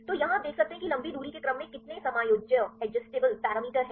तो यहां आप देख सकते हैं कि लंबी दूरी के क्रम में कितने समायोज्य पैरामीटर हैं